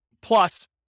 plus